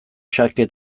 xake